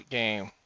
game